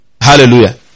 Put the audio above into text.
Hallelujah